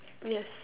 yes